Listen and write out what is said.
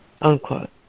unquote